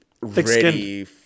ready